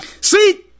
See